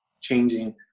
changing